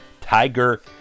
Tiger